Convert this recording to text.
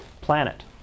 planet